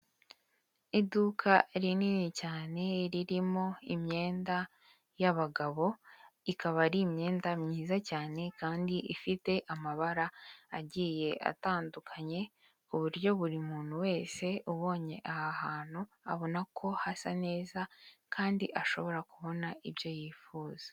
Iduka rinini cyane ririmo imyenda y'abagabo, ikaba ari imyenda myiza cyane kandi ifite amabara agiye atandukanye, ku buryo buri muntu wese ubonye aha hantu abona ko hasa neza, kandi ashobora kubona ibyo yifuza.